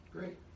Great